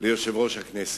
ליושב-ראש הכנסת.